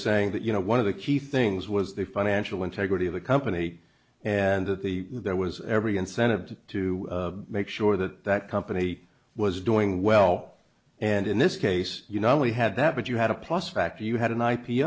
saying that you know one of the key things was the financial integrity of the company and that the there was every incentive to make sure that that company was doing well and in this case you not only had that but you had a plus factor you had an i p